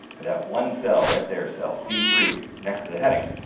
but that one cell right there, cell c three next to the headings,